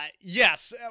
yes